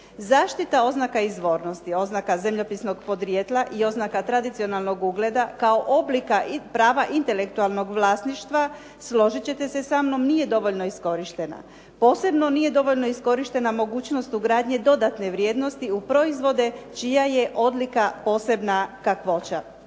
Zaštita oznaka izvornosti, oznaka zemljopisnog podrijetla i oznaka tradicionalnog ugleda, kao oblika i prava intelektualnog vlasništva složit ćete se samnom nije dovoljno iskorištena. Posebno nije dovoljno iskorištena mogućnost ugradnje dodatne vrijednosti u proizvode čija je odlika posebna kakvoća.